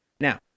Now